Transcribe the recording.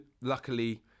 luckily